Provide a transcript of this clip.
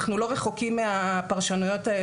כבר היום בהרבה מקרים אנחנו לא רחוקים מהפרשנויות האלה.